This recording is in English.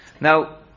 Now